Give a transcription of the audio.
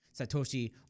satoshi